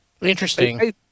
interesting